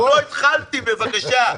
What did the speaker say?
עוד לא התחלתי, בבקשה.